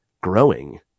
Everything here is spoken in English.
growing